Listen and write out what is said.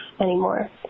anymore